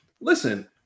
listen